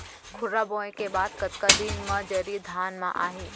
खुर्रा बोए के बाद कतका दिन म जरी धान म आही?